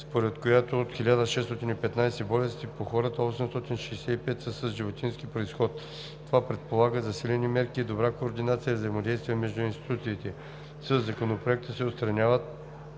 според която от 1615 болести по хората 865 са с животински произход. Това предполага засилени мерки и добра координация и взаимодействие между институциите. Със Законопроекта се отстраняват